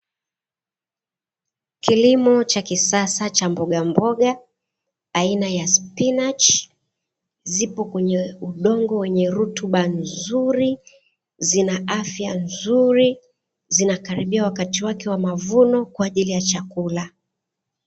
Kilimo cha kisasa cha mbogamboga aina ya spinachi zipo kwenye udongo wenye rutuba nzuri, zinaafya nzuri zinakaribia wakati wake wa mavuno kwa ajili ya chakula.